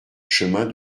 chemin